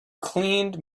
cleaned